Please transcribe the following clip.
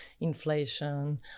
inflation